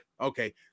okay